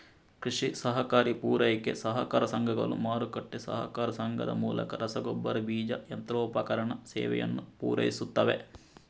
ಕೃಷಿ ಸಹಕಾರಿ ಪೂರೈಕೆ ಸಹಕಾರ ಸಂಘಗಳು, ಮಾರುಕಟ್ಟೆ ಸಹಕಾರ ಸಂಘದ ಮೂಲಕ ರಸಗೊಬ್ಬರ, ಬೀಜ, ಯಂತ್ರೋಪಕರಣ ಸೇವೆಯನ್ನು ಪೂರೈಸುತ್ತವೆ